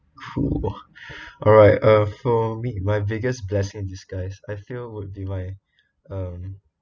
cool alright uh for me my biggest blessing in disguise I feel would be my um